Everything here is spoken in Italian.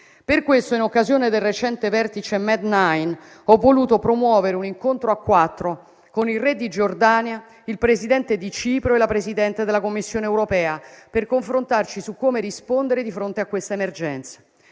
Per questo, in occasione del recente vertice Med9, ho voluto promuovere un incontro a quattro con il Re di Giordania, il Presidente di Cipro e la Presidente della Commissione europea, per confrontarci su come rispondere di fronte a questa emergenza.